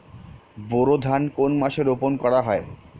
বোরো ধান কোন মাসে রোপণ করা হয়?